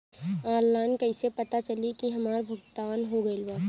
Online कईसे पता चली की हमार भुगतान हो गईल बा?